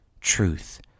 truth